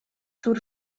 zur